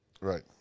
right